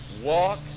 walk